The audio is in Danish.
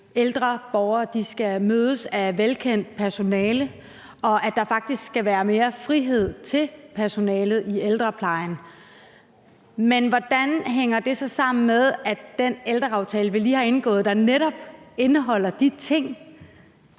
ældre borgere skal mødes af velkendt personale, og at der faktisk skal være mere frihed til personalet i ældreplejen. Men hvordan hænger det så sammen med, at den ældreaftale, vi lige har indgået, og som netop indeholder de ting,